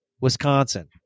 Wisconsin